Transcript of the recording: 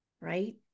right